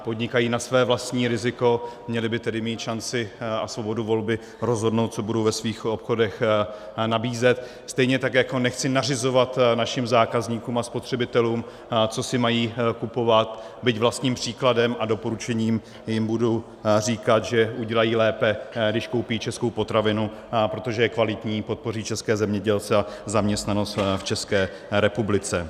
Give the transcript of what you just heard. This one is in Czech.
Podnikají na své vlastní riziko, měli by tedy mít šanci a svobodu volby rozhodnout, co budou ve svých obchodech nabízet, stejně tak jako nechci nařizovat našim zákazníkům a spotřebitelům, co si mají kupovat, byť vlastním příkladem a doporučením jim budu říkat, že udělají lépe, když koupí českou potravinu, protože je kvalitní, podpoří české zemědělce a zaměstnanost v České republice.